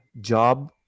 job